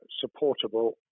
supportable